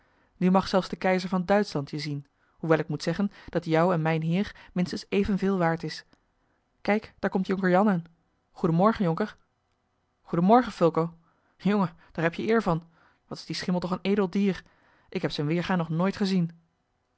nu mag zelfs de keizer van duitschland je zien hoewel ik moet zeggen dat jouw en mijn heer minstens evenveel waard is kijk daar komt jonker jan aan goeden morgen jonker goeden morgen fulco jongen daar heb je eer van wat is die schimmel toch een edel dier ik heb zijn weergâ nog nooit gezien